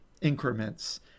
increments